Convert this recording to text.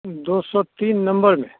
दो सौ तीन नम्बर में